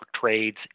trades